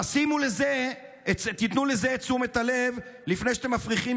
תיתנו לזה את תשומת הלב לפני שאתם מפריחים